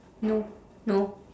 no no